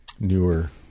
Newer